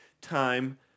time